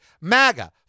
MAGA